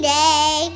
day